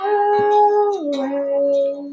away